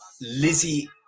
Lizzie